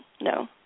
no